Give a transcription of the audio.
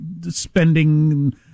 spending